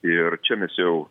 ir čia mes jau